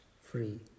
free